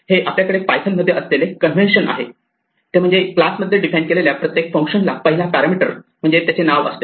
हे आपल्याकडे पायथन मध्ये असलेले कन्व्हेन्शन आहे ते म्हणजे क्लास मध्ये डिफाइन केलेल्या प्रत्येक फंक्शनला पहिला पॅरामिटर म्हणजे त्याचे नाव असते